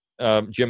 Jim